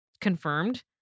confirmed